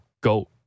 go